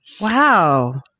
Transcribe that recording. Wow